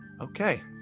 Okay